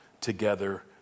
together